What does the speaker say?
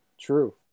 true